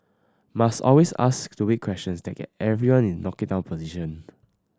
must always ask stupid questions that get everyone into knock it down position